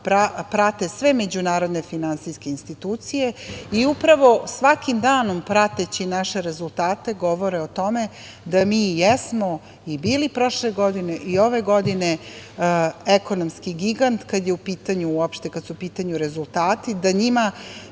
prate sve međunarodne finansijske institucije i upravo svakim danom prateći naše rezultate govore o tome da mi i jesmo bili prošle godine i ove godine ekonomski gigant kad su u pitanju rezultati, da njima